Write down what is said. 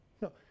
No